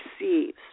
receives